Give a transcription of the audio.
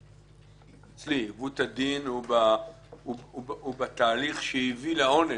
אצלי עיוות הדין הוא בתהליך שהביא לעונש,